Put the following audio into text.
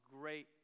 great